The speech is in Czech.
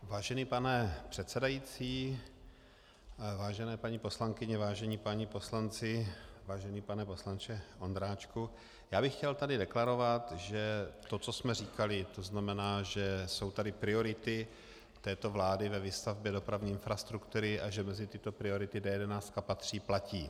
Vážený pane předsedající, vážené paní poslankyně, vážení páni poslanci, vážený pane poslanče Ondráčku, já bych chtěl tady deklarovat, že to, co jsme říkali, to znamená, že jsou tady priority této vlády ve výstavbě dopravní infrastruktury a že mezi tyto priority D11 patří, platí.